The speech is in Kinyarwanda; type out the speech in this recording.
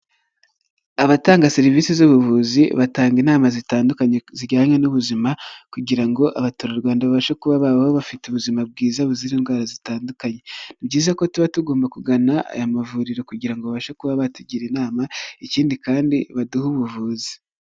Abatanga serivisi z'ubuvuzi batanga inama zitandukanye zijyanye n'ubuzima kugira ngo abaturarwanda babashe kuba babaho bafite ubuzima bwiza buzira indwara zitandukanye, ni byiza ko tuba tugomba kugana aya mavuriro kugira babashe kuba batugira inama ikindi kandi baduhe ubuvuzi.